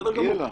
בסדר גמור.